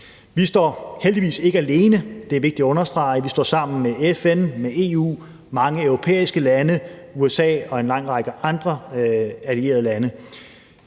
Vi står heldigvis ikke alene; det er vigtigt at understrege. Vi står sammen med FN, EU, mange europæiske lande, USA og en lang række andre allierede lande.